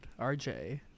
RJ